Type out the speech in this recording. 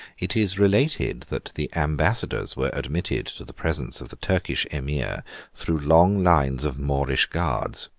it is related that the ambassadors were admitted to the presence of the turkish emir through long lines of moorish guards,